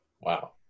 Wow